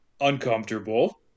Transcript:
uncomfortable